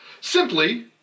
Simply